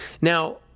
Now